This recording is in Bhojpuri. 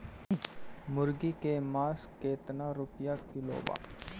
मुर्गी के मांस केतना रुपया किलो बा?